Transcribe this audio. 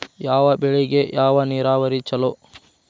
ಯಾವ ಬೆಳಿಗೆ ಯಾವ ನೇರಾವರಿ ಛಲೋ?